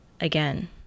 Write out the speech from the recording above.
again